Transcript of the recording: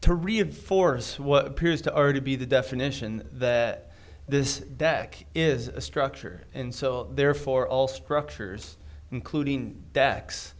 to reinforce what appears to already be the definition that this that is a structure and so therefore all structures including